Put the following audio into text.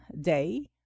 Day